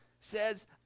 says